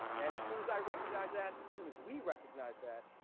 and soon as i recognized that, soon as we recognized that,